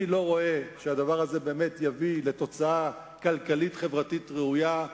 אני לא רואה שהדבר הזה באמת יביא לתוצאה כלכלית חברתית ראויה,